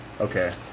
Okay